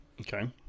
okay